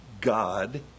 God